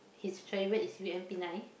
his favourite is U_M_P nine